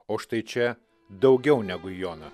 o štai čia daugiau negu jona